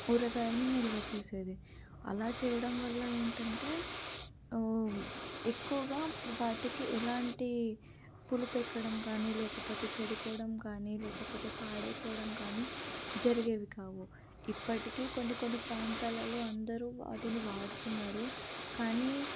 ఊరగాయలను నిల్వ చేసేది అలా చేయడం వల్ల ఏంటంటే ఎక్కువగా వాటికి ఎలాంటి పులుపు ఎక్కడం కానీ లేకపోతే చెడిపోవడం కానీ లేకపోతే పాడైపోవడం కానీ జరిగేవి కావు ఇప్పటికీ కొన్ని కొన్ని ప్రాంతాలలో అందరూ వాటిని వాడుతున్నారు కానీ